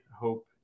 hope